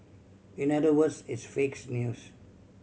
in other words it's fakes news